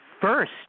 first